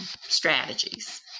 strategies